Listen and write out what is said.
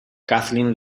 kathleen